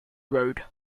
road